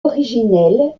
originel